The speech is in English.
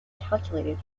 calculated